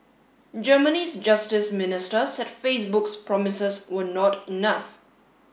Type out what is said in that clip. Germany's justice minister said Facebook's promises were not enough